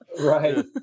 Right